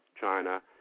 China